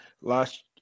last